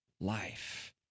life